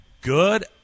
Good